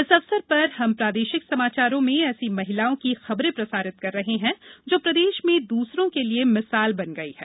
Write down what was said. इस अवसर पर हम प्रादेशिक समाचारों में ऐसी महिलाओं की खबरें प्रसारित कर रहे हैं जो प्रदेश में दूसरों के लिए मिसाल बन गई हैं